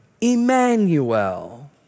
Emmanuel